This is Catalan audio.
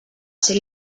ser